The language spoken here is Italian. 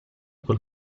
col